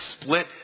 split